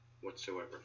whatsoever